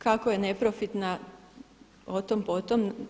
Kako je neprofitna o tom, po tom.